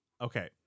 Okay